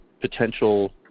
potential